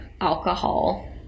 alcohol